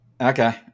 Okay